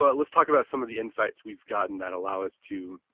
but let's talk about some of the insights we've gotten that allow us to